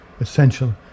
essential